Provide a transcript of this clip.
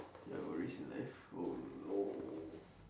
ya worries in life oh no